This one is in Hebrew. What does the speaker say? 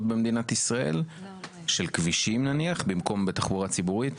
במדינת ישראל של כבישים נניח במקום בתחבורה ציבורית?